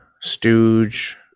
Stooge